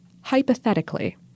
Hypothetically